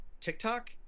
TikTok